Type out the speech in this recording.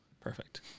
Perfect